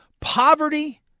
poverty